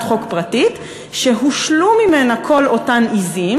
חוק פרטית שהושלו ממנה כל אותן עזים,